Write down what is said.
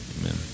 Amen